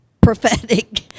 prophetic